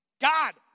God